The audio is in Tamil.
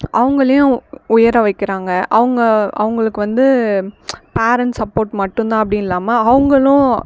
அவர்களையும் உயர வைக்கிறாங்க அவங்க அவர்களுக்கு வந்து பேரண்ட் சப்போர்ட் மட்டும் தான் அப்படின்னு இல்லாமல் அவர்களும்